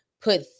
put